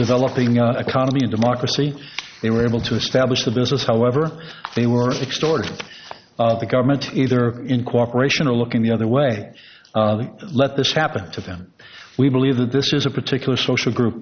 developing the economy and democracy they were able to establish the business however they were extort the government either in cooperation or looking the other way let this happen to them we believe that this is a particular social group